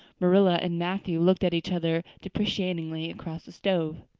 marilla and matthew looked at each other deprecatingly across the stove.